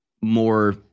more